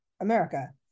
America